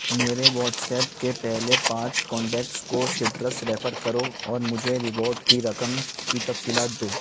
میرے واٹسایپ کے پہلے پانچ کانٹیکٹس کو سٹرس ریفر کرو اور مجھے ریوارڈ کی رقم کی تفصیلات دو